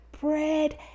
bread